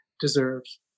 deserves